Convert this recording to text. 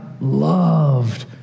loved